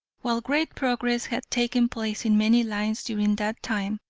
while great progress had taken place in many lines during that time,